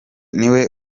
niwe